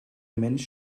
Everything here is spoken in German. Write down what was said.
mensch